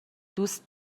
دوست